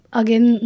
again